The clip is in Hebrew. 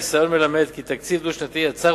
הניסיון מלמד כי התקציב הדו-שנתי יצר